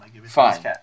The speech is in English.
Fine